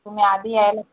तुम्ही आधी यायला